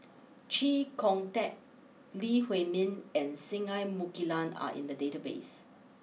Chee Kong Tet Lee Huei Min and Singai Mukilan are in the database